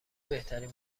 بهترین